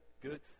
good